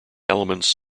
elements